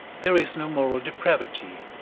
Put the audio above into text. there is no moral depravity,